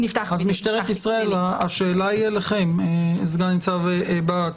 אז משטרת ישראל, השאלה היא אליכם, סגן-ניצב בהט.